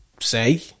say